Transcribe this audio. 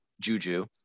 Juju